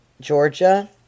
Georgia